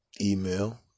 Email